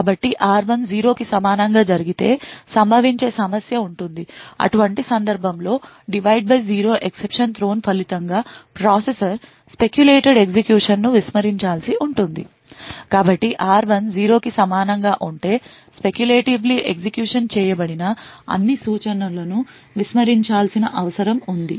కాబట్టి r1 0 కి సమానంగా ఉంటే speculatively ఎగ్జిక్యూషన్ చేయబడిన అన్ని సూచనలను విస్మరించాల్సిన అవసరం ఉంది